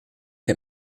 heb